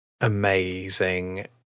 amazing